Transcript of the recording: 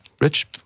Rich